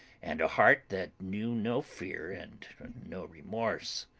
and a heart that knew no fear and no remorse.